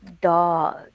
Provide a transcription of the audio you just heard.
Dog